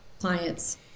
clients